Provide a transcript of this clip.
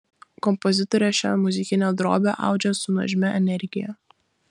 kompozitorė šią muzikinę drobę audžia su nuožmia energija